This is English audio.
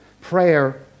Prayer